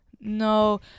No